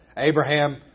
Abraham